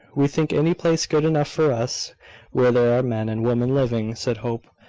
we think any place good enough for us where there are men and women living, said hope,